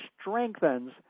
strengthens